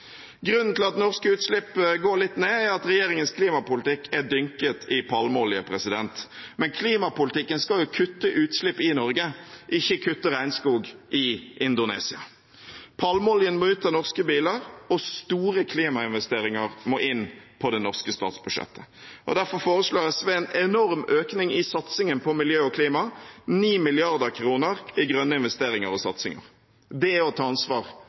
Grunnen til at norske utslipp går litt ned, er at regjeringens klimapolitikk er dynket i palmeolje. Men klimapolitikken skal kutte utslipp i Norge, ikke kutte regnskog i Indonesia. Palmeoljen må ut av norske biler, og store klimainvesteringer må inn på det norske statsbudsjettet. Derfor foreslår SV en enorm økning i satsingen på miljø og klima: 9 mrd. kr i grønne investeringer og satsinger. Det er å ta ansvar